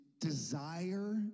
Desire